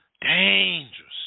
Dangerous